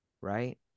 right